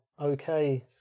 okay